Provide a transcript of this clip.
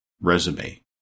resume